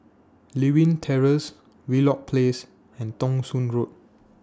Lewin Terrace Wheelock Place and Thong Soon Road